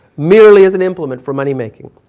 merely as an implement for money making.